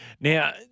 Now